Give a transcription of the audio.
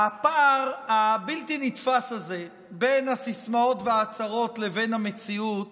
הפער הבלתי-נתפס הזה בין הסיסמאות וההצהרות לבין המציאות